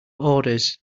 orders